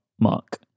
mark